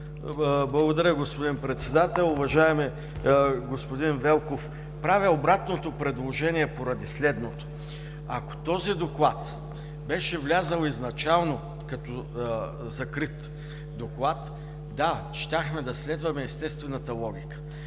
Благодаря, господин Председател. Уважаеми господин Велков, правя обратното предложение поради следното: ако този Доклад беше влязъл изначално като закрит Доклад, да – щяхме да следваме естествената логика